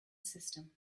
system